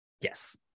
Yes